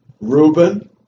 Reuben